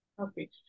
Okay